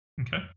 okay